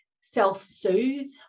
self-soothe